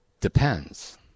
depends